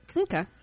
okay